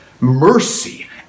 mercy